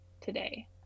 today